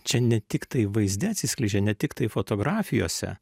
čia ne tiktai vaizde atsiskleidžia ne tik tai fotografijose